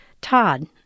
Todd